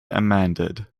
amended